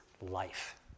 life